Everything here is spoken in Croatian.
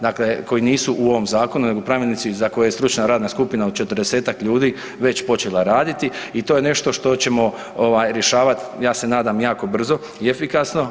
Dakle, koji nisu u ovom zakonu nego pravilnici za koje stručna radna skupina od 40-tak ljudi već počela raditi i to je nešto što ćemo rješavat ja se nadam jako brzo i efikasno.